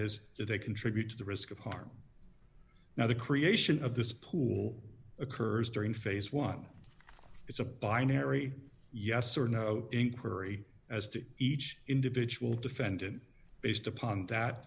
is that they contribute to the risk of harm now the creation of this pool occurs during phase one it's a binary yes or no inquiry as to each individual defendant based upon that